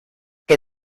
que